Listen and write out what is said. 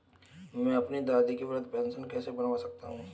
मैं अपनी दादी की वृद्ध पेंशन कैसे बनवा सकता हूँ?